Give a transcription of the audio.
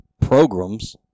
programs